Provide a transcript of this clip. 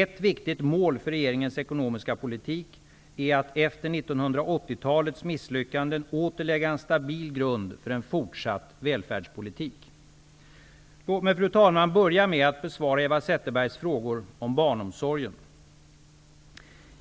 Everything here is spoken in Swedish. Ett viktigt mål för regeringens ekonomiska politik är att efter 1980 talets misslyckanden åter lägga en stabil grund för en fortsatt välfärdspolitik. Låt mig, fru talman, börja med att besvara Eva